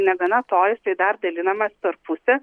negana to jisai dar dalinamas per pusę